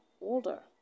older